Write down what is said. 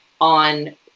on